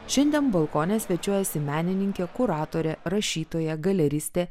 šiandien balkone svečiuojasi menininkė kuratorė rašytoja galeristė